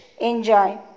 enjoy